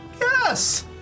Yes